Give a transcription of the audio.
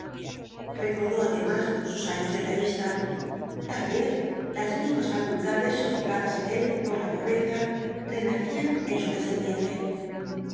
recordó además sus años de tallista tal vez las mismas facultades sofocadas en él por la pobreza renacían en su descendiente